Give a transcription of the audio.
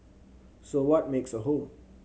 so what makes a home